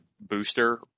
booster